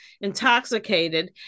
intoxicated